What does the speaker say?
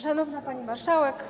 Szanowna Pani Marszałek!